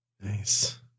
Nice